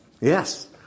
Yes